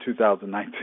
2019